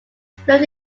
fluent